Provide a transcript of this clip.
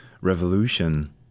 revolution